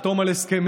לחתום על הסכמים,